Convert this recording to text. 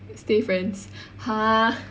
stay friends !huh!